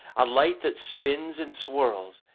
a light that spins and swirls,